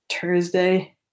Thursday